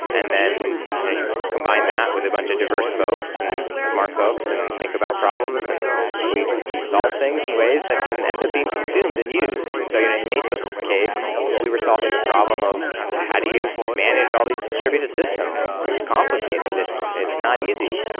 and then you combine that with a bunch of diverse folks and smart folks and think about problems, and we solve things in ways that can end up being consumed and used. so in in mesos' case, we were solving the problem of how do you manage all these distributed systems. it's complicated. it's it's not easy.